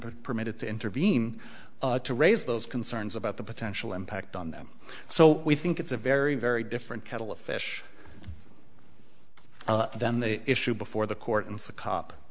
permitted to intervene to raise those concerns about the potential impact on them so we think it's a very very different kettle of fish then the issue before the court and the cop